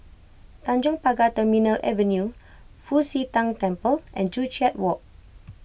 Tanjong Pagar Terminal Avenue Fu Xi Tang Temple and Joo Chiat Walk